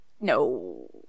No